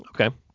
okay